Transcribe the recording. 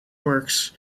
works